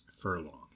Furlong